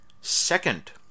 second